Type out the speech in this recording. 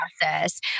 process